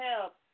help